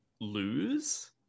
lose